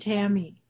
Tammy